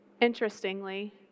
Interestingly